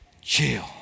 chill